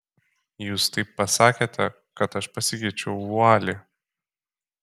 jūs taip pasakėte kad aš pasikeičiau vualį